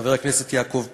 חבר הכנסת יעקב פרי,